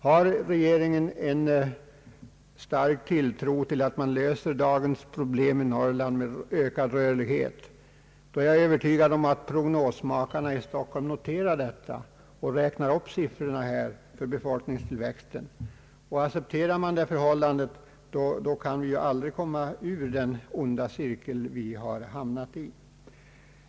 Har regeringen en stark tilltro till att man kan lösa dagens norrlandsproblem med ökad rörlighet, är jag övertygad om att prognosmakarna i Stockholm noterar detta och räknar upp siffrorna för befolkningstillväxten. Accepterar vid detta förhållande, kan vi aldrig komma ur den onda cirkel som vi har hamnat i.